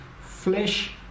flesh